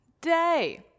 day